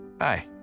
hi